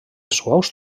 suaus